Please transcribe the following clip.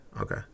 Okay